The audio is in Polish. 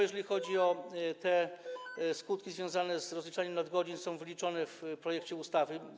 Jeżeli chodzi o skutki związane z rozliczaniem nadgodzin, są one wyliczone w projekcie ustawy.